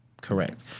correct